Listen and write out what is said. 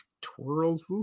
twirled